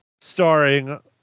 starring